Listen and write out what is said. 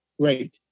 great